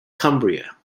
cumbria